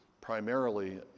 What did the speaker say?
primarily